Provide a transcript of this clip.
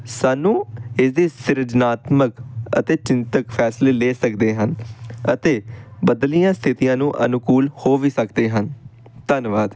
ਸਾਨੂੰ ਇਸ ਦੀ ਸਿਰਜਨਾਤਮਕ ਅਤੇ ਚਿੰਤਕ ਫੈਸਲੇ ਲੈ ਸਕਦੇ ਹਨ ਅਤੇ ਬਦਲੀਆਂ ਸਥਿਤੀਆਂ ਨੂੰ ਅਨੁਕੂਲ ਹੋ ਵੀ ਸਕਦੇ ਹਨ ਧੰਨਵਾਦ